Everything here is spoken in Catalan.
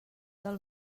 del